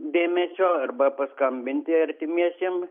dėmesio arba paskambinti artimiesiem